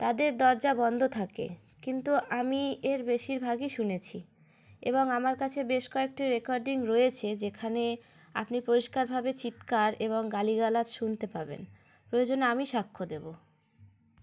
তাদের দরজা বন্ধ থাকে কিন্তু আমি এর বেশিরভাগই শুনেছি এবং আমার কাছে বেশ কয়েকটি রেকর্ডিং রয়েছে যেখানে আপনি পরিষ্কারভাবে চিৎকার এবং গালিগালায শুনতে পাবেন প্রয়োজনে আমি সাক্ষ্য দেবো